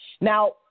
Now